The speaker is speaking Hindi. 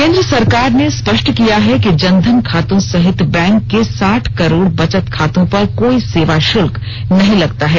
केंद्र सरकार ने स्पष्ट किया है कि जन धन खातों सहित बैंक के साठ करोड़ बचत खातों पर कोई सेवा शुल्क नहीं लगता है